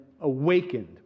awakened